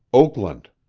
oakland.